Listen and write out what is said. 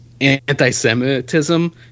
anti-Semitism